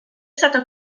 stata